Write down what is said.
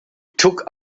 took